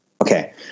Okay